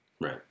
Right